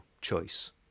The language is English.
choice